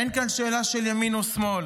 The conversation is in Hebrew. אין כאן שאלה של ימין או שמאל,